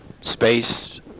space